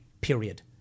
period